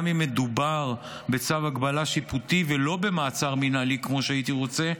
גם אם מדובר בצו הגבלה שיפוטי ולא במעצר מינהלי כמו שהייתי רוצה,